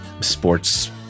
sports